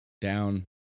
down